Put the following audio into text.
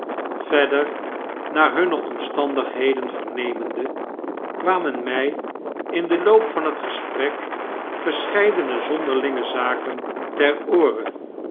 verder naar hunne omstandigheden vernemende kwamen mij in den loop van het gesprek verscheidene zonderlinge zaken ter ooren